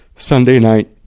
sunday night.